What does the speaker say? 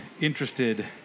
interested